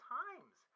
times